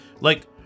Like-